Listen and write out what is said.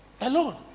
alone